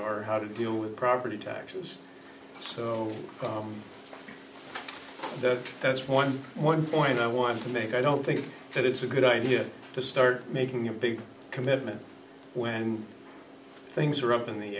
or how to deal with property taxes so that's one one point i want to make i don't think that it's a good idea to start making a big commitment when things are up in the